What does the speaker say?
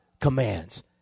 commands